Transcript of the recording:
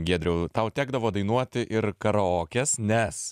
giedriau tau tekdavo dainuoti ir karaokes nes